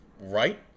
right